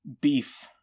beef